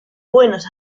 buenos